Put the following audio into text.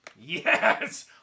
Yes